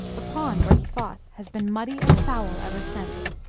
the pond where he fought has been muddy and foul ever since.